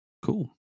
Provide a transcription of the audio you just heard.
Cool